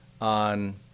on